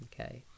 Okay